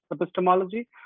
epistemology